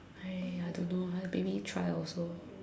!aiya! I don't know lah maybe try also